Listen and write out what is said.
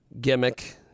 gimmick